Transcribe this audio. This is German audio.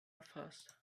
erfasst